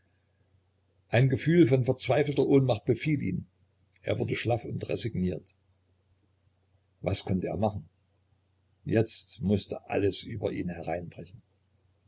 ein gefühl von verzweifelter ohnmacht befiel ihn er wurde schlaff und resigniert was konnte er machen jetzt mußte alles über ihn hereinbrechen